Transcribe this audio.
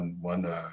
one